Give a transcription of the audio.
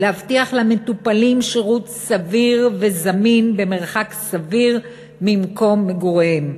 להבטיח למטופלים שירות סביר וזמין במרחק סביר ממקום מגוריהם.